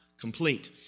complete